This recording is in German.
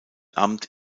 amt